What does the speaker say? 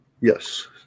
Yes